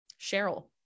Cheryl